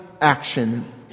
action